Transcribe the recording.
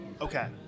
Okay